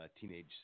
teenage